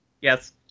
Yes